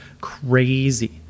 crazy